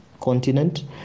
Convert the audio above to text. continent